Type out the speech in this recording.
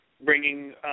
bringing